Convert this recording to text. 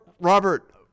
Robert